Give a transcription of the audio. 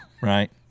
right